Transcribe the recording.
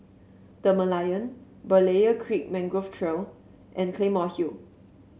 The Merlion Berlayer Creek Mangrove Trail and Claymore Hill